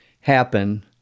happen